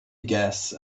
guess